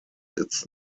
its